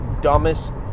dumbest